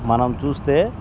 మనం చూస్తే